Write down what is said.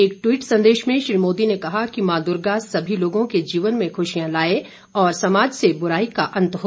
एक ट्वीट संदेश में श्री मोदी ने कहा कि मॉ दुर्गा सभी लोगों के जीवन में खुशियां लाये और समाज से बुराई का अंत हो